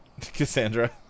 Cassandra